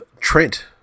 Trent